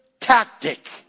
tactic